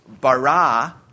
bara